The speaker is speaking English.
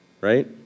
right